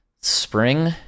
spring